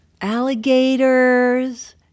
Alligators